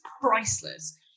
priceless